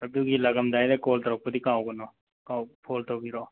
ꯑꯗꯨꯒꯤ ꯂꯥꯛꯑꯝꯗꯥꯏꯗ ꯀꯣꯜ ꯇꯧꯔꯛꯄꯗꯤ ꯀꯥꯎꯒꯅꯣ ꯐꯣꯟ ꯇꯧꯕꯤꯔꯛꯑꯣ